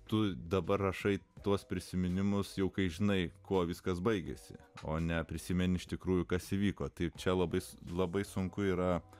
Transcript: tu dabar rašai tuos prisiminimus juk žinai kuo viskas baigėsi o ne prisimeni iš tikrųjų kas įvyko taip čia labai labai sunku yra